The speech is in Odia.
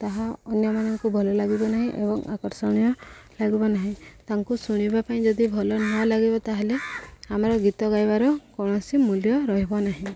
ଏହା ଅନ୍ୟମାନଙ୍କୁ ଭଲ ଲାଗିବ ନାହିଁ ଏବଂ ଆକର୍ଷଣୀୟ ଲାଗିବ ନାହିଁ ତାଙ୍କୁ ଶୁଣିବା ପାଇଁ ଯଦି ଭଲ ନ ଲାଗିବ ତା'ହେଲେ ଆମର ଗୀତ ଗାଇବାର କୌଣସି ମୂଲ୍ୟ ରହିବ ନାହିଁ